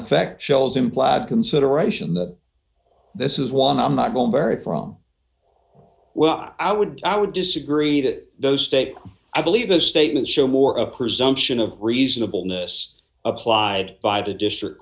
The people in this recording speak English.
effect shells implied consideration that this is one i'm not will marry from well i would i would disagree that those states i believe those statements show more a presumption of reasonableness applied by the district